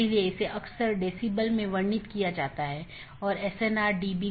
इसलिए जब ऐसी स्थिति का पता चलता है तो अधिसूचना संदेश पड़ोसी को भेज दिया जाता है